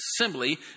assembly